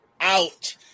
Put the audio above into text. Out